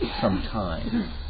sometime